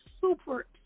super